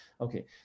okay